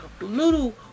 little